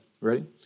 Ready